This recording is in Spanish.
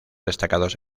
destacados